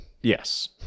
Yes